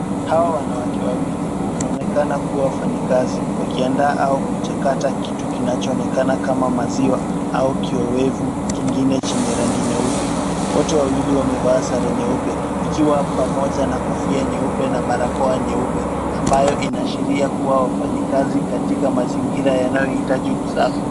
Hawa wanawake wawili wanaonekana kuwa ufanyikazi wakiandaa au kuchakata kitu kinachonekana kama maziwa au kiowevu kingine chenye rangi nyeupe, wote wawili wamevaa sare nyeupe, ikiwa pamoja na kofia nyeupe na barakoa nyeupe, ambayo inashiria kuwa wafanyikazi katika mazingira yanayohitaji usafi.